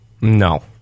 No